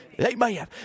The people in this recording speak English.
Amen